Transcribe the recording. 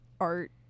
art